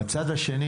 בצד השני,